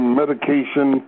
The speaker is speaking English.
medication